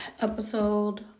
episode